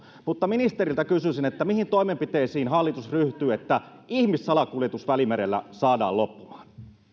ministeriltä kysyisin mihin toimenpiteisiin hallitus ryhtyy että ihmissalakuljetus välimerellä saadaan loppumaan